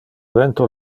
vento